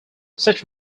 such